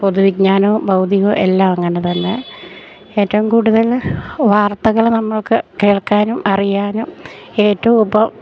പൊതുവിജ്ഞാനവും ബൗദ്ധികവും എല്ലാം അങ്ങനെ തന്നെ ഏറ്റവും കൂടുതൽ വാർത്തകൾ നമ്മൾക്ക് കേൾക്കാനും അറിയാനും ഏറ്റവും ഉപം